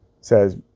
says